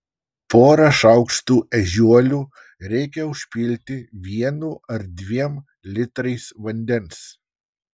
porą šaukštų ežiuolių reikia užpilti vienu ar dviem litrais vandens